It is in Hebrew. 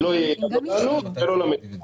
היא לא יעילה לא לנו ולא למדינה.